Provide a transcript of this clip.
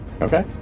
Okay